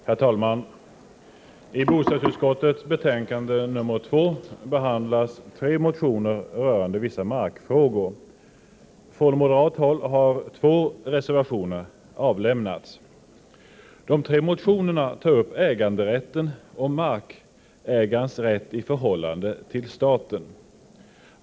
Herr talman! I bostadsutskottets betänkande nr 2 behandlas tre motioner rörande vissa markfrågor. Från moderat håll har två reservationer avlämnats. De tre motionerna tar upp äganderätten och markägares rätt i förhållande tillstaten.